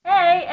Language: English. Hey